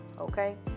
okay